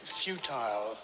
futile